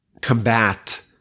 combat